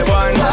one